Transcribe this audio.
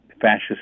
fascist